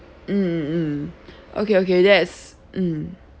mm mm okay okay that's um